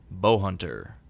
Bowhunter